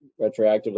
retroactively